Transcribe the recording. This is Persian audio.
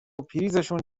پریزشون